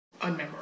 unmemorable